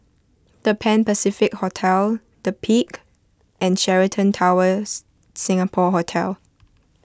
the Pan Pacific Hotel the Peak and Sheraton Towers Singapore Hotel